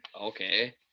Okay